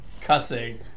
cussing